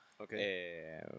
Okay